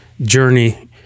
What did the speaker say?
journey